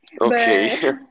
okay